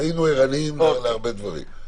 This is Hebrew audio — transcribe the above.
שהיינו ערניים להרבה דברים.